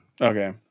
Okay